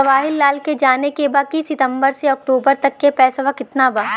जवाहिर लाल के जाने के बा की सितंबर से अक्टूबर तक के पेसवा कितना बा?